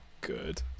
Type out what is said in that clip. good